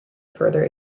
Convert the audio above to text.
further